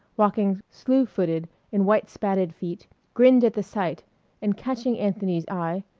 walking slue-footed in white-spatted feet, grinned at the sight and catching anthony's eye,